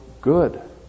good